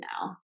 now